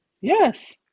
Yes